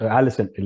Allison